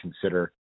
consider